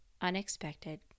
unexpected